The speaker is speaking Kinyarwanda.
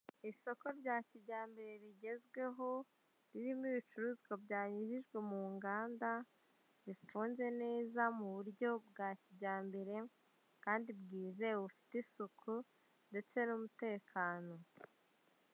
Isoko rya kijyambere rigezweho ririmo ibicuruzwa byayujijwe mu nganda, biconze neza mu buryo bwa kijyambere kandi bwizewe, bufite isuku ndetse n'umutekano.